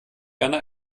gerne